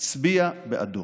אצביע בעדו.